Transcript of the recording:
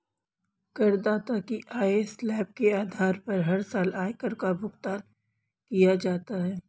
करदाता की आय स्लैब के आधार पर हर साल आयकर का भुगतान किया जाता है